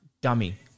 dummy